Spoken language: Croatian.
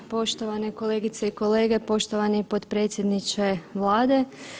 Poštovane kolegice i kolege, poštovani potpredsjedniče Vlade.